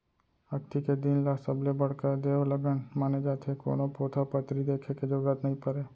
अक्ती के दिन ल सबले बड़का देवलगन माने जाथे, कोनो पोथा पतरी देखे के जरूरत नइ परय